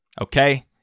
Okay